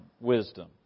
wisdom